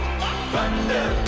thunder